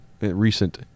recent